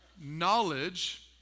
Knowledge